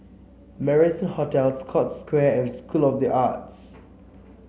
Marrison Hotel Scotts Square and School of the Arts